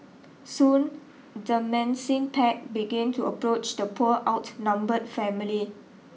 soon the mencing pack began to approach the poor outnumbered family